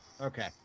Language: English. Okay